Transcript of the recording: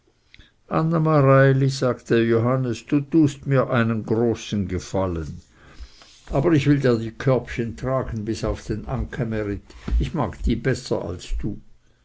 sagte johannes du tust mir einen großen gefallen aber ich will dir die körbchen tragen bis auf den ankenmärit ich mag die besser als du